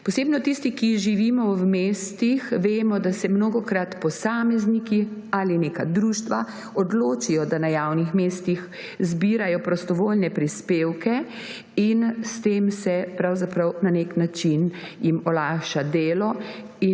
Posebno tisti, ki živimo v mestih, vemo, da se mnogokrat posamezniki ali neka društva odločijo, da na javnih mestih zbirajo prostovoljne prispevke, in s tem se jim pravzaprav na nek način olajša delo